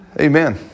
Amen